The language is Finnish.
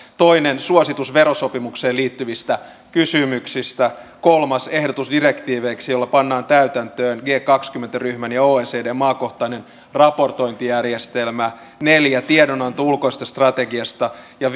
kaksi suositus verosopimukseen liittyvistä kysymyksistä kolme ehdotus direktiiveiksi joilla pannaan täytäntöön g kaksikymmentä ryhmän ja oecdn maakohtainen raportointijärjestelmä neljä tiedon anto ulkoisesta strategiasta